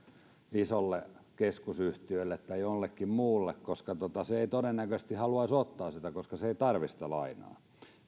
isolle keskusyhtiölle tai jollekin muulle koska se ei todennäköisesti haluaisi ottaa sitä koska se ei tarvitse sitä lainaa